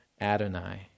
Adonai